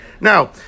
Now